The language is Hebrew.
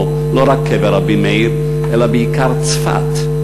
לא רק קבר רבי מאיר אלא בעיקר צפת.